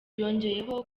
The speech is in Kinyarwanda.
yongeyeho